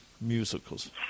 Musicals